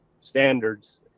standards